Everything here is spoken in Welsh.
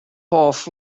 hoff